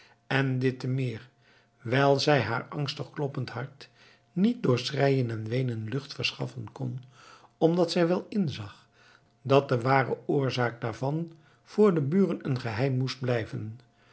en dit te meer wijl zij haar angstig kloppend hart niet door schreien en weenen lucht verschaffen kon omdat zij wel inzag dat de ware oorzaak daarvan voor de buren een geheim moest blijven